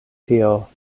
tio